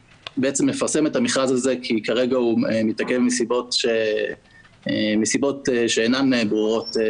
זה לפרסם את המכרז הזה כי כרגע הוא מתעכב מסיבות שאינן ברורות לנו.